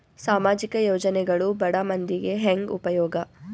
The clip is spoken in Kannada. ಸಾಮಾಜಿಕ ಯೋಜನೆಗಳು ಬಡ ಮಂದಿಗೆ ಹೆಂಗ್ ಉಪಯೋಗ?